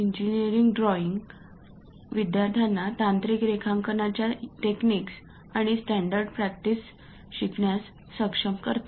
engineering ड्रॉइंगविद्यार्थ्यांना तांत्रिक रेखांकनाच्या टेक्निक्स आणि स्टँडर्ड प्रॅक्टिस शिकण्यास सक्षम करते